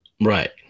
right